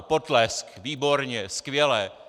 Potlesk, výborně, skvěle.